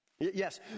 Yes